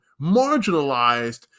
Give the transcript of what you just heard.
marginalized